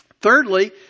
Thirdly